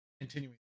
continuing